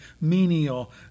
menial